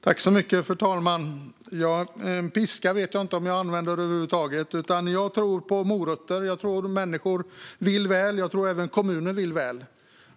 Fru talman! Piskor vet jag inte om jag vill använda över huvud taget, utan jag tror på morötter. Jag tror att människor vill väl, och jag tror även att kommuner vill väl.